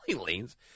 lanes